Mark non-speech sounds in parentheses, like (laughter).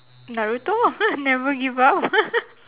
naruto (laughs) never give up (laughs)